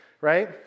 right